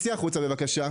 צאי החוצה בבקשה.